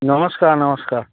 নমস্কাৰ নমস্কাৰ